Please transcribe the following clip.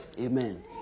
Amen